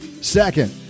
Second